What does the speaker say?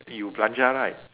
eh you belanja right